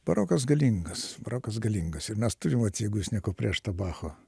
barokas galingas barokas galingas ir mes turim vat jeigu jūs nieko prieš tą bacho